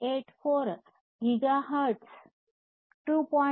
484 gigahertz 2